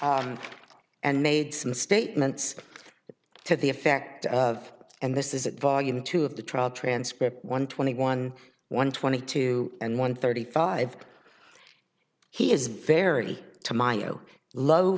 oh and made some statements to the effect of and this is volume two of the trial transcript one twenty one one twenty two and one thirty five he is very